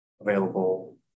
available